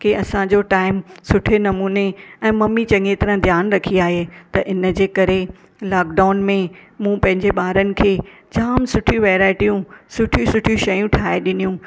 की असांजो टाइम सुठे नमूने ऐं ममी चङी तरह ध्यानु रखी आए त इनजे करे लॉकडाउन में मूं पंहिंजे ॿारनि खे जाम सुठियूं वेराइटियूं सुठियूं सुठियूं शय़ूं ठाहे ॾिनियूं